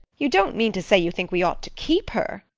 you don't mean to say you think we ought to keep her!